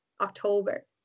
October